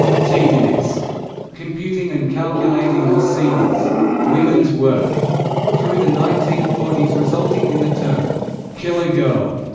tedious computing and calculating was seen as women's work through the nineteen forty s resulting in the term kilogirl,